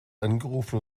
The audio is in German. angerufen